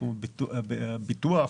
בתחום הביטוח,